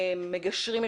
מגשרים,